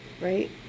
right